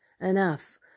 enough